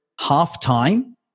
half-time